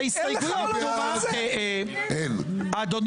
מי בעד 94